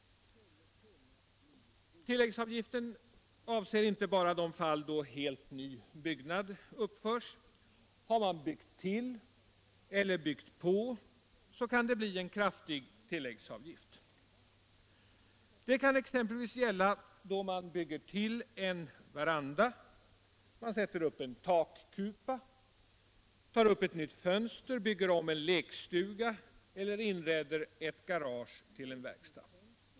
Tilläggsavgiften avser inte bara de fall då helt nya byggnader uppförs. Har man byggt till eller byggt på kan det bli en kraftig tilläggsavgift. Det kan exempelvis gälla då man bygger till en veranda, sätter upp en takkupa, tar upp ett nytt fönster, bygger om en lekstuga eller inreder ett garage till verkstad.